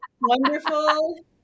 Wonderful